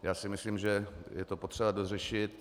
Já si myslím, že je to potřeba dořešit.